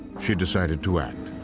she decided to act.